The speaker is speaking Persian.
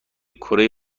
کره